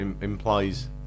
implies